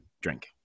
drink